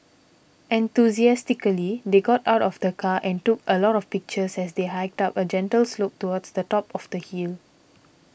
enthusiastically they got out of the car and took a lot of pictures as they hiked up a gentle slope towards the top of the hill